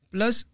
Plus